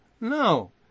no